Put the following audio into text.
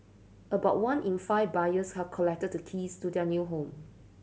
about one in five buyers have collected the keys to their new home